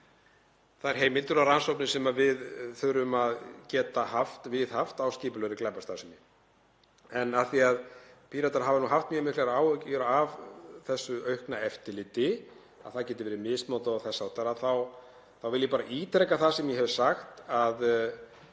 þær heimildir og rannsóknir sem við þurfum að geta viðhaft gagnvart skipulagðri glæpastarfsemi. En af því að Píratar hafa haft mjög miklar áhyggjur af þessu aukna eftirliti, að það geti verið misnotað og þess háttar, þá vil ég bara ítreka það sem ég hef sagt að